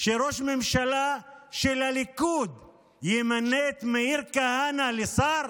שראש ממשלה של הליכוד ימנה את מאיר כהנא לשר?